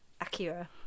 Akira